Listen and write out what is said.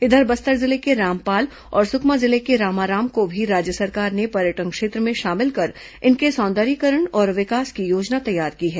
इधर बस्तर जिले के रामपाल और सुकमा जिले के रामाराम को भी राज्य सरकार ने पर्यटन क्षेत्र में शामिल कर इनके सौंदर्यीकरण और विकास की योजना तैयार की है